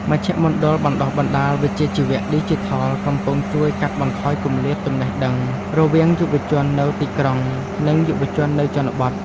មជ្ឈមណ្ឌលបណ្តុះបណ្តាលវិជ្ជាជីវៈឌីជីថលកំពុងជួយកាត់បន្ថយគម្លាតចំណេះដឹងរវាងយុវជននៅទីក្រុង និងយុវជននៅជនបទ។